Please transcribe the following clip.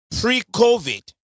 pre-COVID